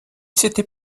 s’était